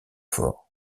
fort